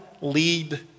lead